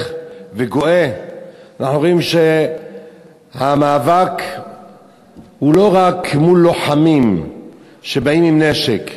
וגואה אומרים שהמאבק הוא לא רק מול לוחמים שבאים עם נשק.